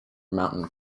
mountain